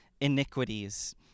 iniquities